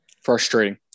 Frustrating